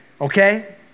okay